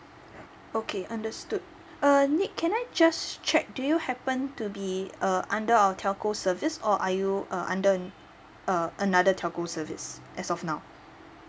okay understood uh nick can I just check do you happen to be uh under our telco service or are you uh under uh another telco service as of now